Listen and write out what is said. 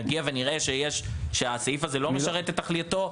נגיע ונראה שהסעיף הזה לא משרת את תכליתו,